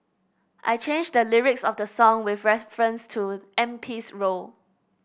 I changed the lyrics of the song with reference to M P's role